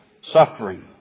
suffering